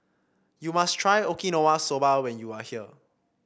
you must try Okinawa Soba when you are here